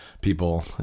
people